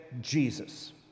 Jesus